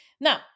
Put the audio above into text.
now